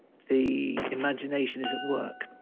the imagination is at work.